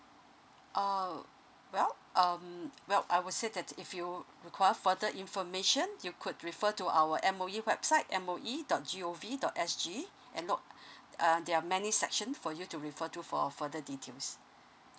oh well um well I would say that if you require further information you could refer to our M_O_E website M O E dot g o v dot s g and look uh there are many sections for you to refer to for further details